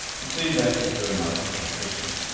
and soon both sister and mother became christians,